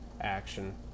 action